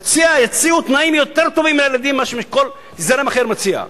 יציעו לילדים תנאים יותר טובים מאשר כל זרם אחר מציע,